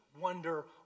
wonder